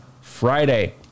Friday